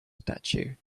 statue